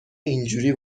اینجوری